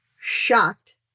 shocked